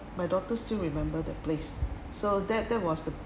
my daughters still remember the place so that that was the